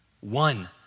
One